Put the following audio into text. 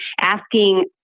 asking